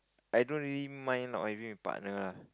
I don't really mind not having a partner lah